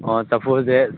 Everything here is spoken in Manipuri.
ꯑꯣ ꯆꯐꯨꯁꯦ